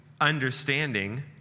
understanding